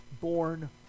born